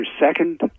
second